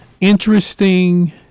Interesting